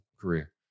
career